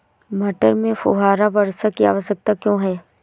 मटर में फुहारा वर्षा की आवश्यकता क्यो है?